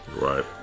Right